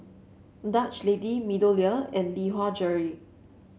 Dutch Lady MeadowLea and Lee Hwa Jewellery